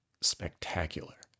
spectacular